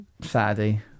Saturday